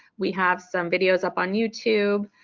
we have some videos up on youtube.